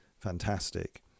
fantastic